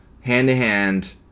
hand-to-hand